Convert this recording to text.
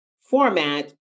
format